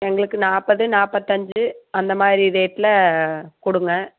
எங்களுக்கு நாற்பது நாற்பத்தஞ்சு அந்த மாதிரி ரேட்டில் கொடுங்க